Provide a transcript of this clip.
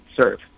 serve